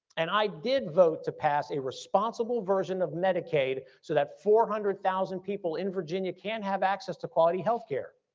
and i did vote to pass a responsible version of medicaid so that four hundred thousand people in virginia can have access to quality healthcare.